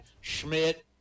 Schmidt